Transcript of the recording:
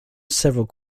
several